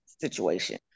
situation